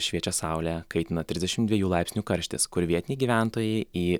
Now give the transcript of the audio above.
šviečia saulė kaitina trisdešimt dviejų laipsnių karštis kur vietiniai gyventojai į